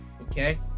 okay